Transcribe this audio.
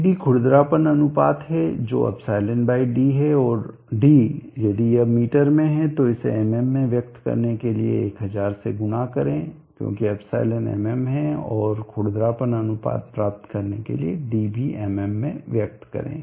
ed खुरदरापन अनुपात है जो ε d है और d यदि यह मीटर में है तो इसे mm में व्यक्त करने के लिए 1000 से गुणा करें क्योंकि ε mm है और खुरदरापन अनुपात प्राप्त करने के लिए d भी mm में व्यक्त करें